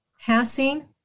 passing